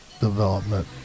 development